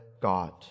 God